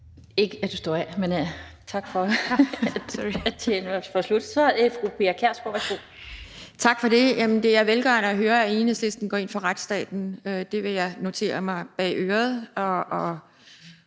Tak for det. Jamen det er velgørende at høre, at Enhedslisten går ind for retsstaten. Det vil jeg skrive mig bag øret